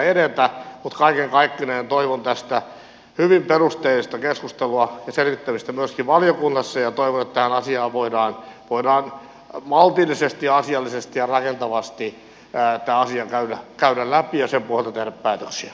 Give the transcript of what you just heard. mutta kaiken kaikkineen toivon tästä hyvin perusteellista keskustelua ja selvittämistä myöskin valiokunnassa ja toivon että tämä asia voidaan maltillisesti asiallisesti ja rakentavasti käydä läpi ja sen pohjalta tehdä päätöksiä